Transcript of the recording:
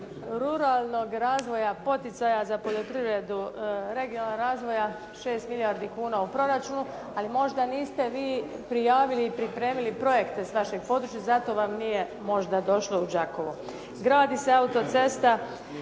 ruralnog razvoja poticaja za poljoprivredu regionalnog razvoja 6 milijardi kuna u proračunu ali možda niste vi prijavili i pripremili projekte s vašeg područja, zato vam nije možda došlo u Đakovo. Gradi se autocesta.